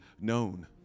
known